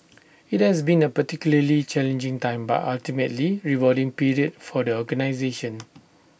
IT has been A particularly challenging time but ultimately rewarding period for the organisation